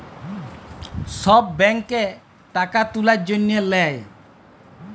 ছব ব্যাংকে টাকা তুলার জ্যনহে লেই